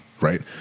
right